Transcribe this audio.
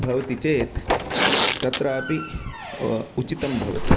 भवति चेत् तत्रापि उ उचितं भवति